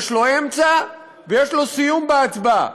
יש לו אמצע ויש לו סיום, בהצבעה.